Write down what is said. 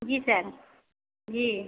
जी sir जी